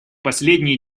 последние